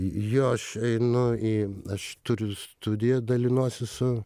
jo aš einu į aš turiu studiją dalinuosi su